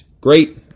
great